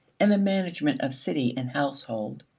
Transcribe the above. and the management of city and household,